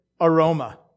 aroma